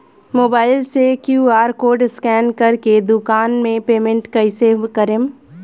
Mobile से QR code scan कर के दुकान मे पेमेंट कईसे करेम?